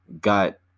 got